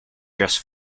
just